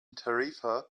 tarifa